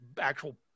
actual